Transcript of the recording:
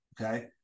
okay